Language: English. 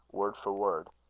word for word.